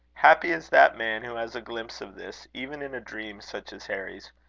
happy is that man who has a glimpse of this, even in a dream such as harry's!